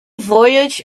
voyaged